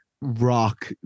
rock